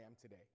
today